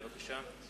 בבקשה.